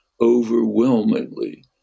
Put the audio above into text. overwhelmingly